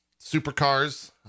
supercars